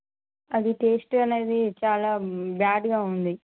అది టేస్టు అనేది చాలా బ్యాడ్గా ఉంది